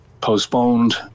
postponed